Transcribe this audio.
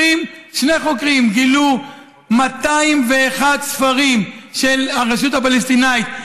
שני חוקרים גילו 201 ספרים של הרשות הפלסטינית.